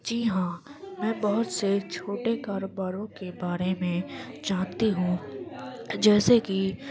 جی ہاں میں بہت سے چھوٹے کاروباروں کے بارے میں جانتی ہوں جیسے کہ